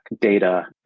data